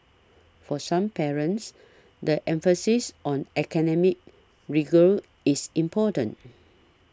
for some parents the emphasis on academic rigour is important